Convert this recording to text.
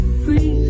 free